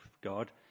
God